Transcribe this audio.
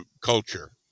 culture